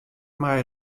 mei